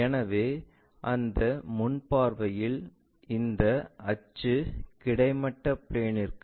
எனவே அந்த முன் பார்வையில் இந்த அச்சு கிடைமட்ட பிளேன்ற்கு சாய்ந்திருப்பதைக் காண்போம்